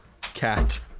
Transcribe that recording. cat